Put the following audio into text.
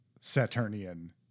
Saturnian